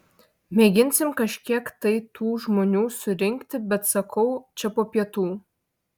mėginsim kažkiek tai tų žmonių surinkti bet sakau čia po pietų